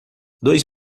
dois